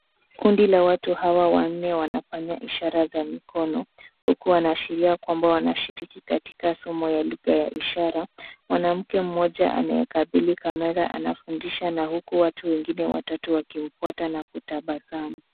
Kundi la watu hawa, wanne wanafanya ishara za mikono huku wanaashiria kwamba wanashiriki katika somo ya lugha ya ishara. Mwanamke mmoja anayekabili kamera anafundisha na huku watu wengine watatu wakimfuata na kutabasamu.